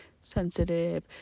sensitive